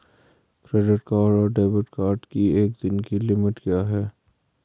Credit card और debit card की एक दिन की लिमिट क्या है?